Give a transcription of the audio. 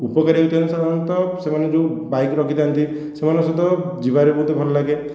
ଉପକାରୀ ହେବା ସହିତ ସେମାନେ ଯେଉଁ ବାଇକ ରଖିଥାନ୍ତି ସେମାନଙ୍କ ସହିତ ଯିବାରେ ବହୁତ ଭଲ ଲାଗେ